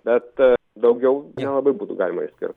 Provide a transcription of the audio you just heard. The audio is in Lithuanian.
bet daugiau nelabai būtų galima išskirt